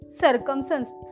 circumstances